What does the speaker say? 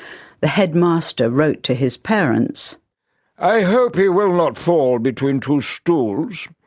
the headmaster wrote to his parents i hope he will not fall between two stools.